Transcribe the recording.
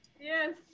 Yes